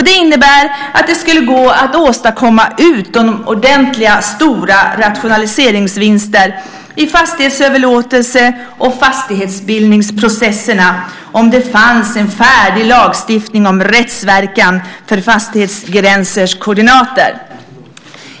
Det innebär att det skulle gå att åstadkomma utomordentligt stora rationaliseringsvinster i fastighetsöverlåtelse och fastighetsbildningsprocesserna om det fanns en färdig lagstiftning om rättsverkan för fastighetsgränsers koordinater.